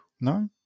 No